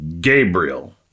Gabriel